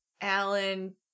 Alan